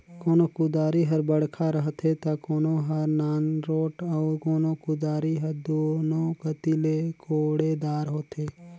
कोनो कुदारी हर बड़खा रहथे ता कोनो हर नानरोट अउ कोनो कुदारी हर दुनो कती ले कोड़े दार होथे